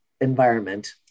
environment